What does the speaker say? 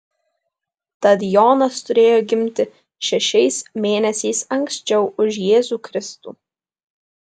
tad jonas turėjo gimti šešiais mėnesiais anksčiau už jėzų kristų